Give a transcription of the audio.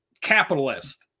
capitalist